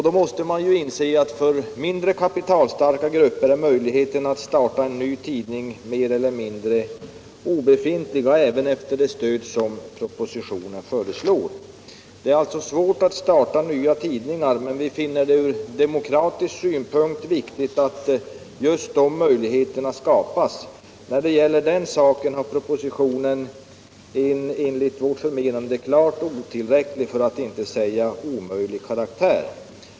Då måste man inse att för mindre kapitalstarka grupper är möjligheten att starta en ny tidning mer eller mindre obefintlig även efter det stöd som propositionen föreslår. Det är alltså svårt att starta nya tidningar, men vi finner det ur demokratisk synpunkt viktigt att just de möjligheterna skapas. När det gäller den saken har propositionen enligt vårt förmenande en klart otillräcklig för att inte säga omöjlig karaktär.